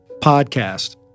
podcast